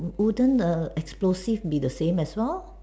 wouldn't the explosive be the same as all